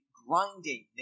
grinding